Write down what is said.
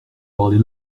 parlez